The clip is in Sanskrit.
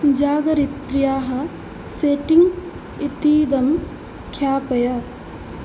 जागरित्र्याः सेट्टिङ्ग् इतीदम् ख्यापय